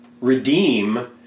redeem